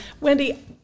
Wendy